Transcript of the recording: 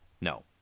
No